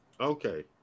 Okay